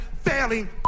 failing